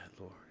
Lord